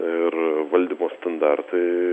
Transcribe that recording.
ir valdymo standartai